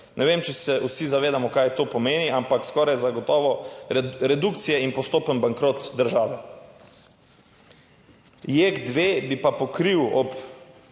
Ne vem, če se vsi zavedamo, kaj to pomeni, ampak skoraj zagotovo redukcija in postopen bankrot države. JEK2 bi pa pokril ob